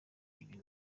ibintu